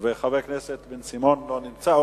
וחבר כנסת בן-סימון, לא נמצא.